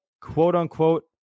quote-unquote